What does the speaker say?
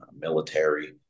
military